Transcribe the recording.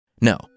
No